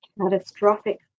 catastrophic